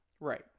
Right